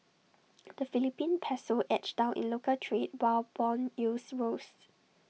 the Philippine Peso edged down in local trade while Bond yields rose